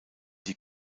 die